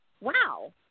wow